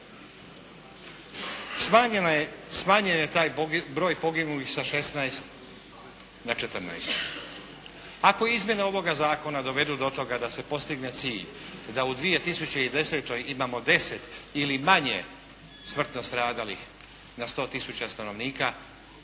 Smanjen je taj broj poginulih sa 16 na 14. Ako izmjene ovog zakona dovedu do toga da se postigne cilj da u 2010. imamo 10 ili manje smrtno stradalih na 100 tisuća stanovnika,